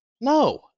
No